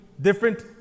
different